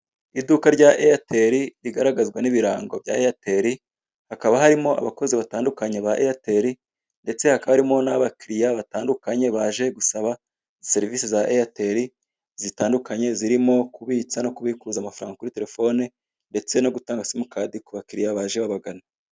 Iduka rya eyateri rigaragazwa n'ibirango bya eyateri hakaba harimo abakozi batandukanye ba eyateri, ndetse hakaba harimo n'abakiriya batandukanye baje gusaba serivise za eyateri, zitandukanye zirimo kubitsa no kubikuza amafaranga kuri telefone, ndetse no gutanga simukadi ku bakiriya baje babagana.